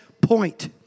point